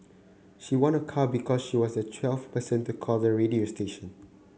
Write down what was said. she won a car because she was the twelfth person to call the radio station